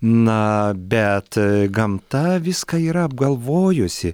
na bet gamta viską yra apgalvojusi